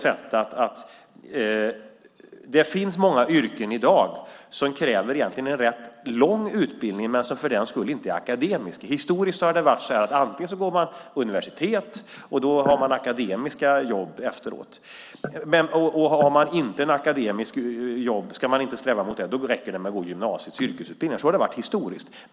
Det finns många yrken i dag som kräver en rätt lång utbildning men som för den skull inte är akademisk. Historiskt har det varit så att man går på universitet och har akademiska jobb efteråt, men strävar man inte efter ett akademiskt jobb räcker det med att gå gymnasiets yrkesutbildningar. Så har det varit historiskt.